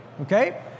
Okay